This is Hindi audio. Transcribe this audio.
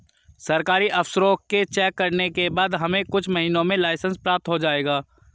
सरकारी अफसरों के चेक करने के बाद हमें कुछ महीनों में लाइसेंस प्राप्त हो जाएगा